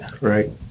Right